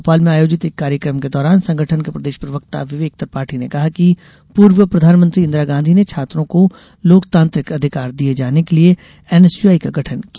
भोपाल में आयोजित एक कार्यक्रम के दौरान संगठन के प्रदेश प्रवक्ता विवेक त्रिपाठी ने कहा कि पूर्व प्रधानमंत्री इंदिरा गांधी ने छात्रों को लोकतांत्रिक अधिकार दिये जाने के लिये एनएसयूआई का गठन किया